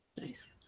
Nice